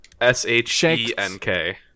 S-H-E-N-K